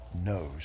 knows